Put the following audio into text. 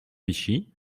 vichy